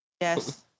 Yes